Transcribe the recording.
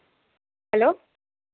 hello